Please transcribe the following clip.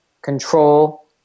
control